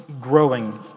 growing